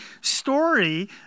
story